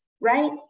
right